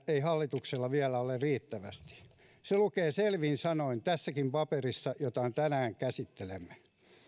ei hallituksella vielä ole riittävästi se lukee selvin sanoin tässäkin paperissa jota me tänään käsittelemme